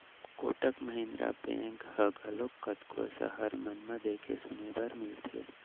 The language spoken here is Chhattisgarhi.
कोटक महिन्द्रा बेंक ह घलोक कतको सहर मन म देखे सुने बर मिलथे